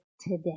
today